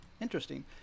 Interesting